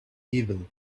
evil